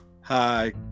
hi